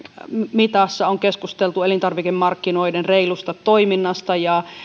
mitassa on keskusteltu elintarvikemarkkinoiden reilusta toiminnasta ja